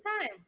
time